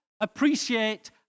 appreciate